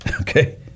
Okay